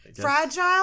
Fragile